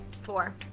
Four